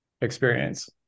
experience